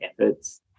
efforts